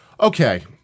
Okay